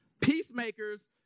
Peacemakers